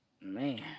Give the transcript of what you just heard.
Man